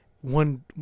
one